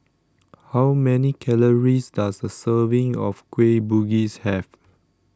how many calories does a serving of Kueh Bugis have